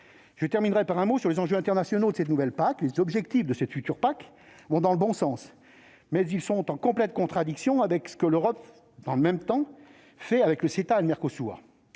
Je terminerai par un mot sur les enjeux internationaux de cette nouvelle PAC. Ses objectifs vont dans le bon sens, mais ils sont en complète contradiction avec ce que l'Europe fait, dans le même temps, avec le CETA ( -accord